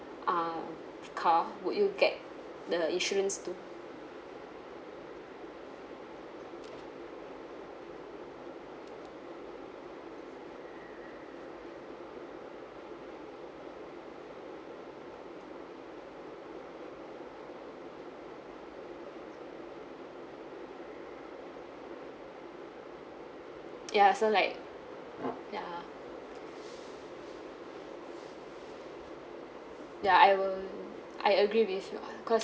uh car would you get the insurance too ya so like ya ya I will I agree with you cause